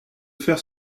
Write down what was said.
faire